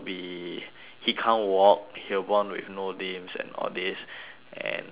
he can't walk he'll born with no limbs and all this and a lot of